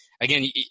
again